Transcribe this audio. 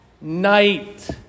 night